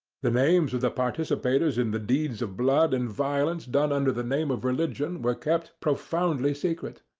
the names of the participators in the deeds of blood and violence done under the name of religion were kept profoundly secret.